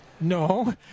No